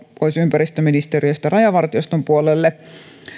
pois ympäristöministeriöstä rajavartioston puolelle